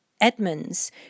Edmonds